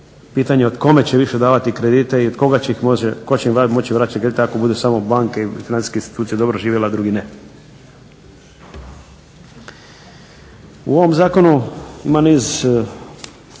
pitanje kome će više davati kredite i od koga će, tko će im moći vraćati kredite ako budu samo banke i financijske institucije dobro živjele a drugi ne. U ovom zakonu ima niz